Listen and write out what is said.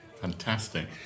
Fantastic